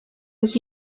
was